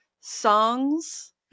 songs